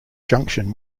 junction